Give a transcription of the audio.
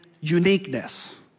uniqueness